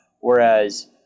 Whereas